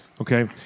Okay